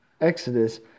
Exodus